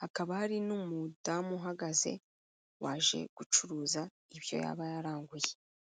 hakaba hari n'umudamu uhagaze, waje gucuruza ibyo yaba yaranguye.